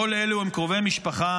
כל אלה הם קרובי משפחה.